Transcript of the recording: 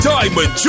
Diamond